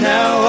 Now